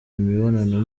imibonano